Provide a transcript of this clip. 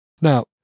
Now